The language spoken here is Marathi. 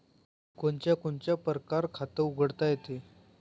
कोनच्या कोनच्या परकारं खात उघडता येते?